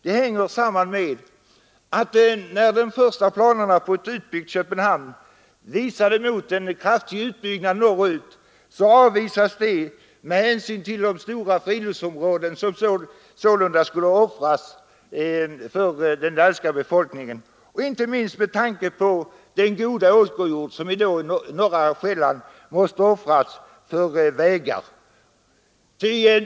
Det hänger samman med att när de första planerna på ett utbyggt Köpenhamn visade mot en kraftig utbyggnad norrut, så avvisades det av den danska befolkningen med hänsyn till de stora friluftsområden som sålunda skulle offras och inte minst med hänsyn till den goda åkerjord på norra Själland som då måste användas för vägar.